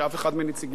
הם בטח רצים,